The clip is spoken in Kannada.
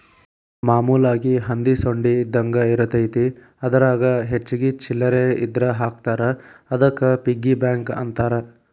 ಮಾಮೂಲಾಗಿ ಹಂದಿ ಸೊಂಡಿ ಇದ್ದಂಗ ಇರತೈತಿ ಅದರಾಗ ಹೆಚ್ಚಿಗಿ ಚಿಲ್ಲರ್ ಇದ್ರ ಹಾಕ್ತಾರಾ ಅದಕ್ಕ ಪಿಗ್ಗಿ ಬ್ಯಾಂಕ್ ಅಂತಾರ